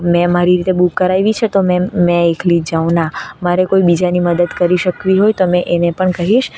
મેં મારી રીતે બુક કરાવી છે તો મેં મેં એકલી જ જાઉં ના મારે કોઈ બીજાની મદદ કરી શકવી હોય તો મેં એને પણ કહીશ